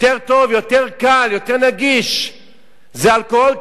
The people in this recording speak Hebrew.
יותר טוב, יותר קל, יותר נגיש זה אלכוהול.